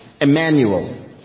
Emmanuel